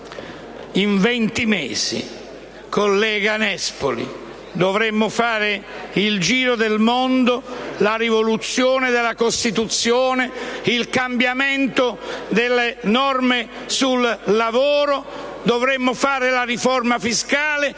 In venti mesi, collega Nespoli, dovremmo fare il giro del mondo, la rivoluzione della Costituzione, il cambiamento delle norme sul lavoro, la riforma fiscale;